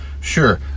sure